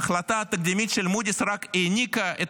ההחלטה התקדימית של מודי'ס רק העניקה את